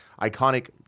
iconic